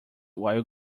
while